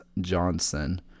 Johnson